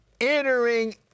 Entering